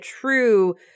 true